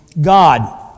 God